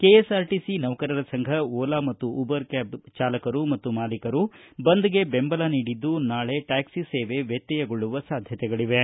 KSRTC ನೌಕರರ ಸಂಘ ಓಲಾ ಮತ್ತು ಉಬರ್ ಕ್ಚಾಬ್ ಚಾಲಕರು ಮತ್ತು ಮಾಲೀಕರು ಬಂದ್ಗೆ ಬೆಂಬಲ ನೀಡಿದ್ದು ನಾಳೆ ಟ್ಯಾಕ್ಲಿ ಸೇವೆ ವ್ಯತ್ಯಯೊಳ್ಳುವ ಸಾಧ್ಯತೆಗಳಿವೆ